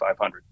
500